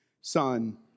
son